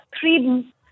three